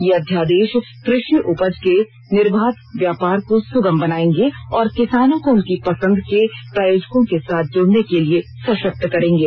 ये अध्यादेश कृषि उपज के निर्बाध व्यापार को सुगम बनायेंगे और किसानों को उनकी पसंद के प्रायोजकों के साथ जुड़ने के लिये सशक्त करेंगे